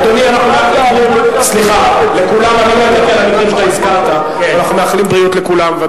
אדוני, אנחנו מאחלים בריאות לכולם.